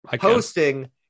Hosting